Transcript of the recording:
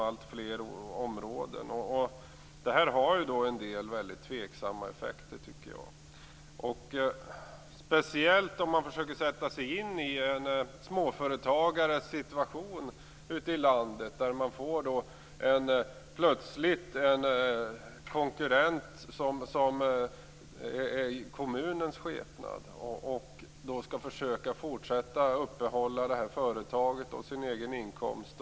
Jag tycker att detta har en del väldigt tveksamma effekter. Man kan försöka sätta sig in i situationen för en småföretagare ute i landet när det plötsligt kommer en konkurrent i kommunens skepnad. Man skall då försöka upprätthålla sitt företag och den egna inkomsten.